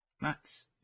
Max